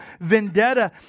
vendetta